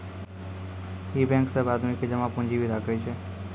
इ बेंक सब आदमी के जमा पुन्जी भी राखै छै